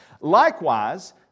Likewise